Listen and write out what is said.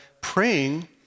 Praying